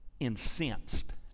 incensed